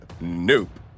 Nope